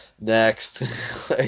next